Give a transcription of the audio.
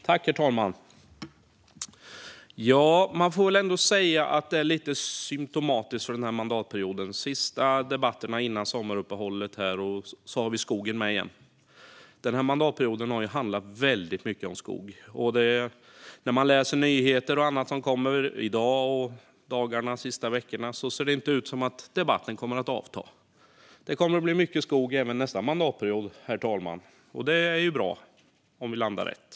Herr talman! Man får väl ändå säga att detta är lite symtomatiskt för den här mandatperioden - under de sista debatterna före sommaruppehållet har vi skogen med igen. Denna mandatperiod har handlat väldigt mycket om skog. När man läser nyheter och annat som kommit de senaste dagarna och veckorna ser det inte ut som att debatten kommer att avta. Det kommer att bli mycket skog även nästa mandatperiod, herr talman, och det är bra, om vi landar rätt.